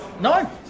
No